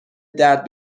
درد